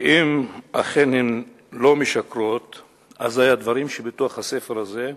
ואם אכן הן לא משקרות אזי הדברים שבתוך הספר הזה,